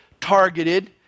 targeted